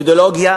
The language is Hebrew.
אידיאולוגיה